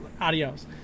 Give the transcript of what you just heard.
Adios